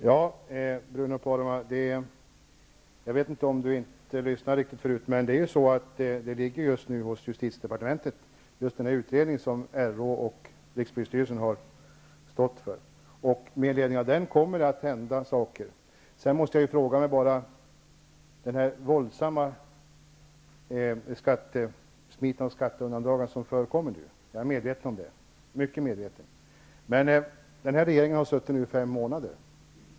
Fru talman! Bruno Poromaa kanske inte lyssnade förut, men jag sade att den utredning som riksåklagaren och rikspolisstyrelsen har stått för just nu ligger hos justitiedepartementet, och det kommer att hända saker med anledning av den. Jag måste bara fråga hur mycket den här regeringen skulle ha kunnat göra åt det våldsamma skatteundandragandet -- jag är medveten om att det sker -- under de fem månader som den har suttit.